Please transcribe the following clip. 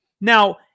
Now